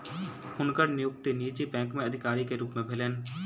हुनकर नियुक्ति निजी बैंक में अधिकारी के रूप में भेलैन